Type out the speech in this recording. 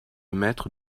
maître